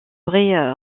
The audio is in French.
vrai